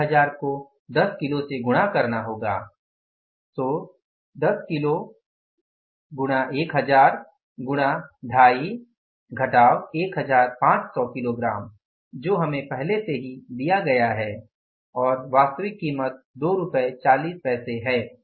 1000 को 10 किलो से गुणा 25 11500 किग्रा जो हमें पहले से ही दिया गया है और वास्तविक कीमत 24 है